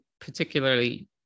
particularly